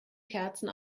kerzen